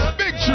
big